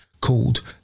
called